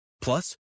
Plus